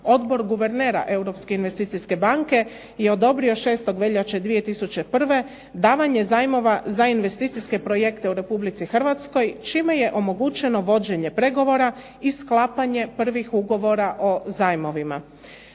banke je odobrio 6. veljače 2001. davanje zajmova za investicijske projekte u Republici Hrvatskoj čime je omogućeno vođenje pregovora i sklapanje prvih ugovora o zajmovima.